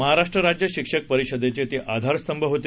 महाराष्ट्र राज्य शिक्षक परिषदेचे ते आधारस्तंभ होते